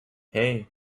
hey